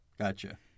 Gotcha